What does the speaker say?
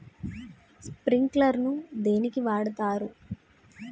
Sprinkler ను దేనికి వాడుతరు?